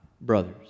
brothers